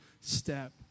step